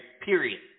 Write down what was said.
period